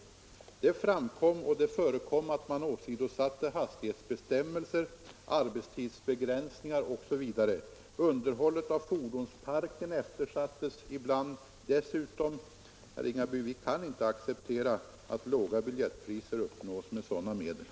Det förekom att man åsidosatte hastighetsbestämmelser, arbetstidsbegränsningar osv. Underhållet av fordonsparken eftersattes ibland. Vi kan inte, herr Ringaby, acceptera att låga biljettpriser uppnås med sådana medel.